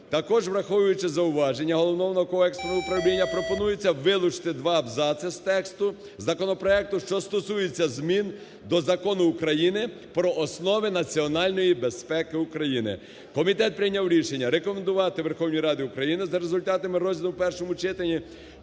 Також враховуючи зауваження Головного науково-експертного управління пропонується вилучити два абзаци з тексту законопроекту, що стосуються змін до Закону України "Про основи національної безпеки України". Комітет прийняв рішення рекомендувати Верховній Раді України за результатами розгляду в першому читанні